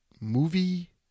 movie